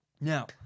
Now